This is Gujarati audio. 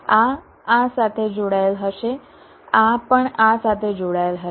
આ આ સાથે જોડાયેલ હશે આ પણ આ સાથે જોડાયેલ હશે